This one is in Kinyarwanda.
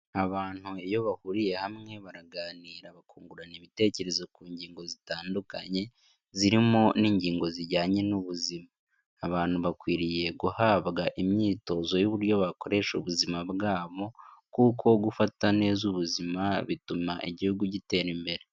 Abantu iyo bahuriye hamwe baraganira, bakungurana ibitekerezo ku ngingo zitandukanye, zirimo n'ingingo zijyanye n'ubuzima. Abantu bakwiriye guhabwa imyitozo y'uburyo bakoresha ubuzima bwabo kuko gufata neza ubuzima bituma igihugu gitera imbere.